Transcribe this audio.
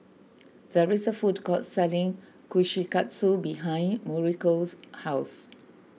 there is a food court selling Kushikatsu behind Mauricio's house